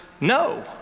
no